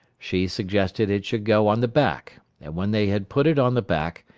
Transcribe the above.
she suggested it should go on the back and when they had put it on the back,